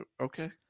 Okay